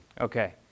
Okay